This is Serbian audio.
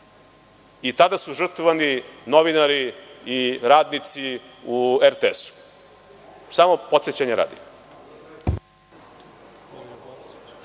i tada su žrtvovani novinari i radnici u RTS-u, samo podsećanja radi.